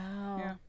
wow